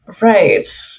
Right